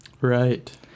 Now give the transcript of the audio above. Right